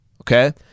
Okay